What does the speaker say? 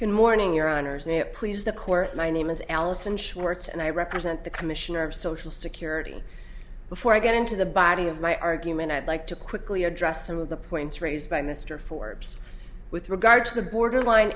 good morning your honor is it please the court my name is allison schwartz and i represent the commissioner of social security before i get into the body of my argument i'd like to quickly address some of the points raised by mr forbes with regard to the borderline